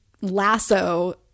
lasso